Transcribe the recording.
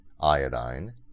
iodine